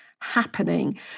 happening